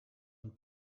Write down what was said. and